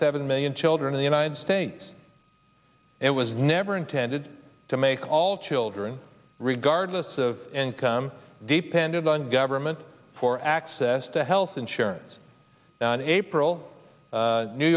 seven million children in the united states it was never intended to make all children regardless of income dependent on government for access to health insurance april